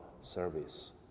service